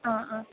आ आ